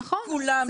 כולם,